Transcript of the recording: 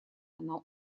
она